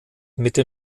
mitte